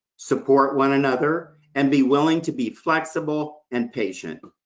support one another, and be willing to be flexible and patient.